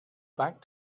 back